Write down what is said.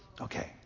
Okay